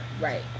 right